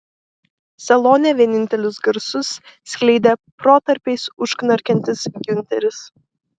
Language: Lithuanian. salone vienintelius garsus skleidė protarpiais užknarkiantis giunteris